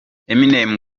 eminem